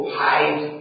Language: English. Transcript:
hide